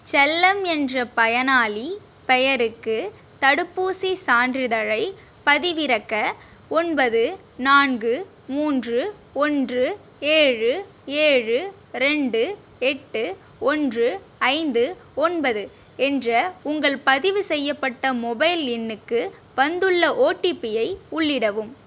செல்லம் என்ற பயனாளிப் பெயருக்கு தடுப்பூசிச் சான்றிதழைப் பதிவிறக்க ஒன்பது நான்கு மூன்று ஒன்று ஏழு ஏழு ரெண்டு எட்டு ஒன்று ஐந்து ஒன்பது என்ற உங்கள் பதிவு செய்யப்பட்ட மொபைல் எண்ணுக்கு வந்துள்ள ஓடிபியை உள்ளிடவும்